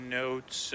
notes